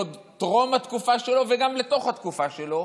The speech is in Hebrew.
עוד טרום התקופה שלו וגם לתוך התקופה שלו